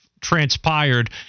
transpired